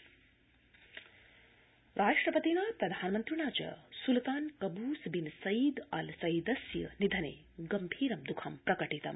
UAE सम्वेदना राष्ट्रपतिना प्रधानमन्त्रिणा च सुल्तान कबूस बिन सईद अल सईदस्य निधने गंभीरं दुखं प्रकटितम्